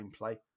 gameplay